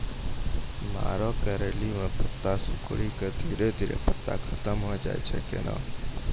मरो करैली म पत्ता सिकुड़ी के धीरे धीरे पत्ता खत्म होय छै कैनै?